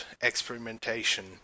experimentation